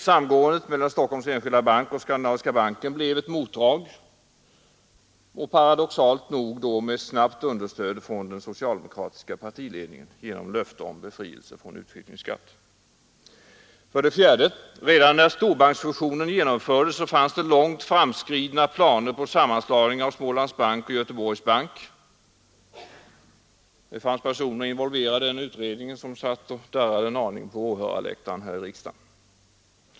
Samgåendet mellan Stockholms enskilda bank och Skandinaviska banken blev ett motdrag — paradoxalt nog med snabbt understöd från den socialdemokratiska partiledningen genom löfte om skattebefrielse. Det beslutet togs som bekant mot centerpartiets och vänsterpartiet kommunisternas röster. 4, Redan när storbanksfusionen genomfördes fanns det långt framskridna planer på sammanslagning av Smålands bank och Göteborgs bank. Det fanns personer involverade i den utredningen som satt och ”darrade” en aning på åhörarläktaren här i riksdagen.